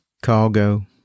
Cargo